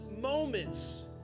moments